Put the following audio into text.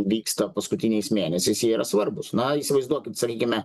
vyksta paskutiniais mėnesiais jie yra svarbūs na įsivaizduokit sakykime